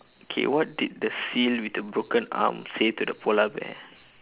okay what did the seal with the broken arm say to the polar bear